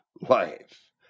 life